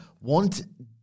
want